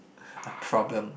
a problem